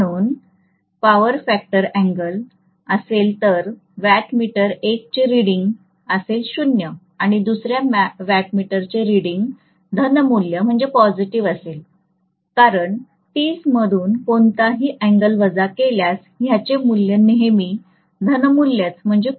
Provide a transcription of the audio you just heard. म्हणून जर power factor angle असेल तर एका वॅट मीटर चे रिडींग असेल 0 आणि दुसऱ्या वॅट मीटर चे रिडींग धनमूल्य असेल कारण ३० मधून कोणताही अँगल वजा केल्यास ह्याचे मूल्य नेहमी धनमूल्यच येईल